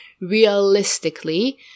realistically